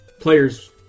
player's